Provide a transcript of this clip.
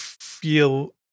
feel